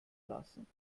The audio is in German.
lassen